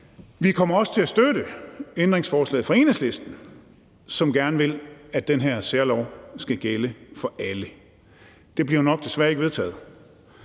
Vi kommer også til at støtte ændringsforslaget fra Enhedslisten, som gerne vil, at den her særlov skal gælde for alle. Det bliver jo nok desværre ikke vedtaget,